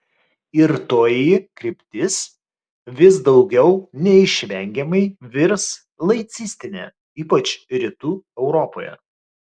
ir toji kryptis vis daugiau neišvengiamai virs laicistine ypač rytų europoje